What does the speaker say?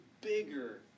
bigger